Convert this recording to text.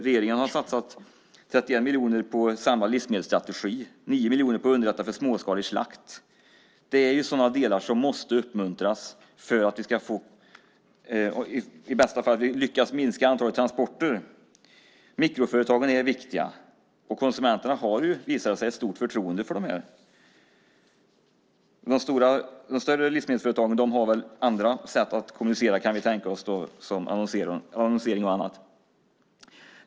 Regeringen har satsat 31 miljoner på en samlad livsmedelsstrategi och 9 miljoner för att underlätta småskalig slakt. Det är sådant som måste uppmuntras för att vi ska lyckas minska antalet transporter. Mikroföretagen är viktiga. Det har visat sig att konsumenterna har stort förtroende för dem. De större livsmedelsföretagen har andra sätt att kommunicera kan vi tänka oss som annonsering och annat.